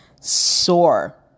sore